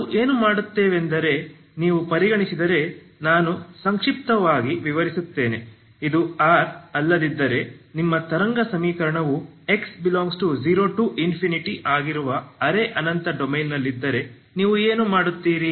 ನಾವು ಏನು ಮಾಡುತ್ತೇವೆಂದರೆ ನೀವು ಪರಿಗಣಿಸಿದರೆ ನಾನು ಸಂಕ್ಷಿಪ್ತವಾಗಿ ವಿವರಿಸುತ್ತೇನೆ ಇದು R ಅಲ್ಲದಿದ್ದರೆ ನಿಮ್ಮ ತರಂಗ ಸಮೀಕರಣವು x∈0 ∞ ಆಗಿರುವ ಅರೆ ಅನಂತ ಡೊಮೇನ್ನಲ್ಲಿದ್ದರೆ ನೀವು ಏನು ಮಾಡುತ್ತೀರಿ